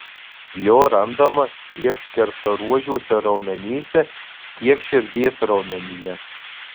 jo randama tiek skersaruožiuose raumenyse tiek širdies raumenyje